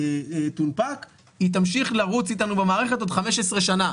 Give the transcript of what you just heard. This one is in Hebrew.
תונפק היא תמשיך לרוץ איתנו במערכת עוד 15 שנה.